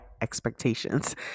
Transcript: expectations